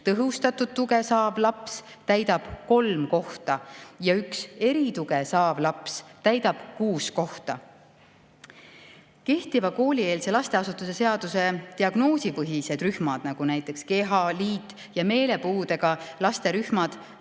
tõhustatud tuge saav laps täidab kolm kohta ja üks erituge saav laps täidab kuus kohta. Kehtiva koolieelse lasteasutuse seaduse diagnoosipõhised rühmad, nagu näiteks keha‑, liit‑ ja meelepuudega laste rühmad,